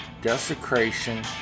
desecration